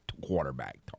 quarterback